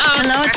Hello